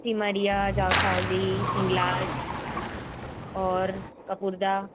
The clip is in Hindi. सिमरिया जावसावली हिंगलाज और कपुर्दा